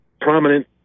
prominent